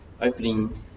opening